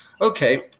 Okay